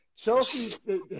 Chelsea